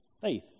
Faith